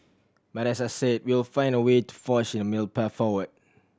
but as I said we'll find a way to forge a middle path forward